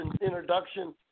introduction